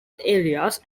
areas